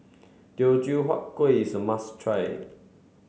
Teochew Huat Kuih is a must try